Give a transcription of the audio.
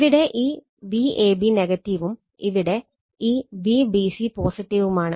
ഇവിടെ ഈ Vab നെഗറ്റീവും ഇവിടെ ഈ Vbc പോസിറ്റീവുമാണ്